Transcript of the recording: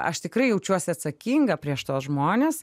aš tikrai jaučiuosi atsakinga prieš tuos žmones